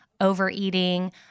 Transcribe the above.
overeating